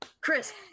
Chris